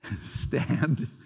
stand